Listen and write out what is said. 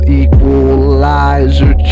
equalizer